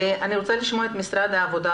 אני רוצה לשמוע את משרד העבודה,